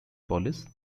police